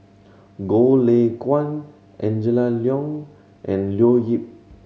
Goh Lay Kuan Angela Liong and Leo Yip